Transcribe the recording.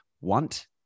want